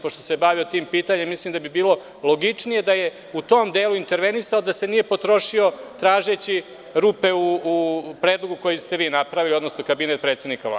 Pošto se bavio tim pitanjem, mislim da bi bilo logičnije da je u tome delu intervenisao, da se nije potrošio tražeći rupe u predlogu koji ste napravili odnosno kabinet predsednika Vlade.